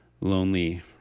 lonely